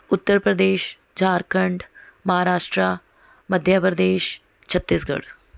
Uttar Pradesh Jharkhand Maharashtra Madhya Pradesh Chhattisgarh